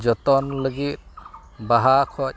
ᱡᱚᱛᱚᱱ ᱞᱟᱹᱜᱤᱫ ᱵᱟᱦᱟ ᱠᱷᱚᱱ